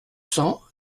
cents